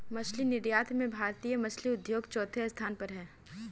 मछली निर्यात में भारतीय मछली उद्योग चौथे स्थान पर है